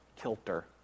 kilter